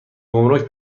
گمرک